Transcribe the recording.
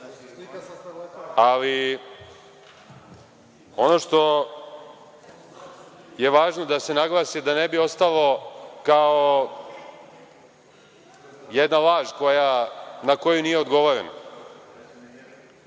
ono što je važno da se naglasi, da ne bi ostalo kao jedna laž na koju nije odgovoreno,